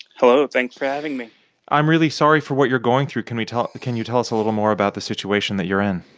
hello. thanks for having me i'm really sorry for what you're going through. can we talk can you tell us a little more about the situation that you're in?